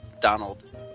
Donald